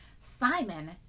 Simon